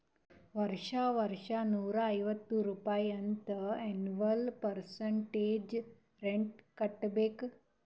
ವರ್ಷಾ ವರ್ಷಾ ನೂರಾ ಐವತ್ತ್ ರುಪಾಯಿ ಅಂತ್ ಎನ್ವಲ್ ಪರ್ಸಂಟೇಜ್ ರೇಟ್ ಕಟ್ಟಬೇಕ್